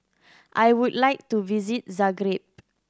I would like to visit Zagreb